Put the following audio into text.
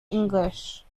english